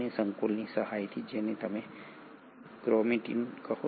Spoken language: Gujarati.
સંકુલની સહાયથી જેને તમે ક્રોમેટીન કહો છો